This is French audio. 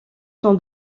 son